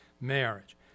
marriage